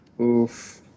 oof